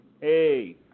Hey